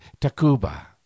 tacuba